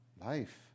Life